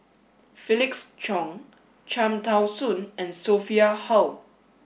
Felix Cheong Cham Tao Soon and Sophia Hull